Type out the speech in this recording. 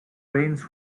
veins